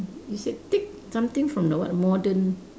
you say tick something from the what modern